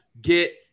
get